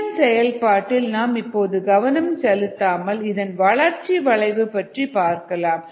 இதன் செயல்பாட்டில் நாம் இப்போது கவனம் செலுத்தாமல் இதன் வளர்ச்சி வளைவு பற்றி பார்க்கலாம்